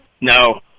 No